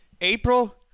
April